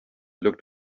looked